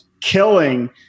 killing